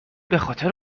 بخاطر